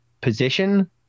position